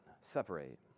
separate